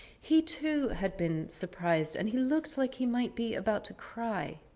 he too had been surprised, and he looked like he might be about to cry.